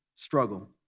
struggle